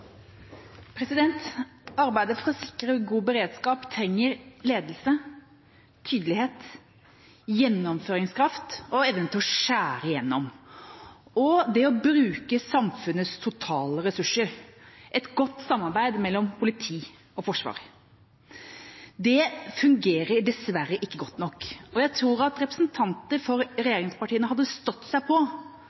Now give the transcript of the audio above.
arbeidet for å sikre god beredskap trenger en ledelse, tydelighet, gjennomføringskraft, evne til å skjære igjennom og å bruke samfunnets totale ressurser – et godt samarbeid mellom politi og forsvar. Det fungerer dessverre ikke godt nok, og jeg tror at representanter for regjeringspartiene hadde stått seg på